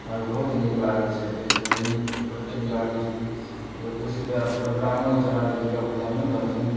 हमरा अर के बहुत नीक लागै छै तै मे एते नीक लागै छै कि हमसब खुशी सँ पुरा प्रोग्रामो होइ छै हमरा अर के दुर्गापूजा मे दस दिन